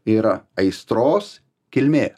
yra aistros kilmė